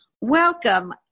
Welcome